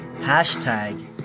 Hashtag